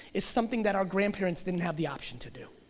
is something that our grandparents didn't have the option to do.